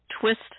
twist